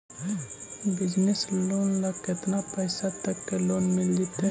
Business loan ल केतना पैसा तक के लोन मिल जितै?